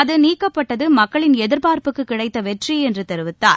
இது நீக்கப்பட்டது மக்களின் எதிர்பார்ப்புக்கு கிடைத்த வெற்றி என்று தெரிவித்தார